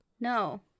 no